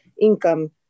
income